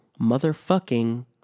motherfucking